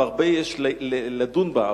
והרבה יש לדון בה,